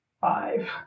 Five